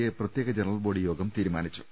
A പ്രത്യേക general body യോഗം തീരുമാ നിച്ചു